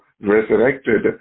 resurrected